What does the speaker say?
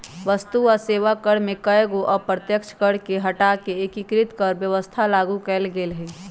वस्तु आ सेवा कर में कयगो अप्रत्यक्ष कर के हटा कऽ एकीकृत कर व्यवस्था लागू कयल गेल हई